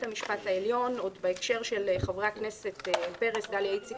גם בבית המשפט העליון בהקשר של חברי הכנסת דליה איציק